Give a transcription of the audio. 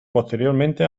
posteriormente